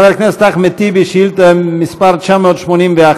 כמה שאילתות יש לו?